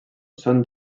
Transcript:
són